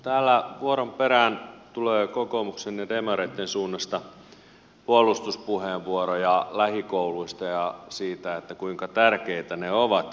täällä vuoron perään tulee kokoomuksen ja demareitten suunnasta puolustuspuheenvuoroja lähikouluista ja siitä kuinka tärkeitä ne ovat ja koulutus on